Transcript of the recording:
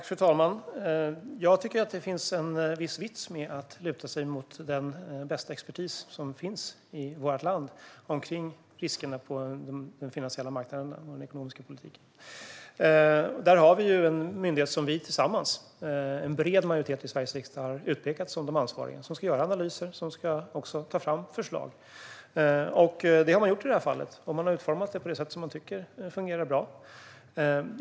Fru talman! Det finns en viss vits med att luta sig mot den bästa expertis som finns i vårt land när det gäller riskerna på den finansiella marknaden och inom den ekonomiska politiken. Vi har en myndighet, som en bred majoritet i Sveriges riksdag har utpekat som ansvarig för att göra analyser och ta fram förslag. Det har man gjort i det här fallet, och man har utformat det på ett sätt som man tycker fungerar bra.